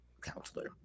counselor